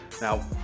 Now